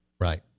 Right